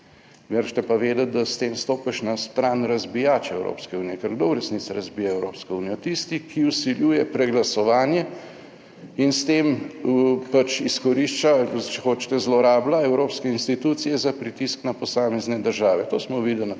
Morate pa vedeti, da s tem stopiš na stran razbijačev Evropske unije. Ker kdo v resnici razbije Evropsko unijo? Tisti, ki vsiljuje preglasovanje in s tem pač izkorišča, če hočete, zlorablja evropske institucije za pritisk na posamezne države. To smo videli na